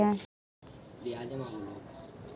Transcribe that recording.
UPI ID कैसे बनाते हैं?